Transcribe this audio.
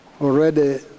already